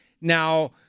Now